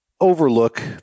overlook